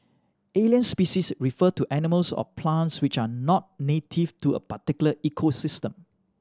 alien species refer to animals or plants which are not native to a particular ecosystem